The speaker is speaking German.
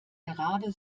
gerade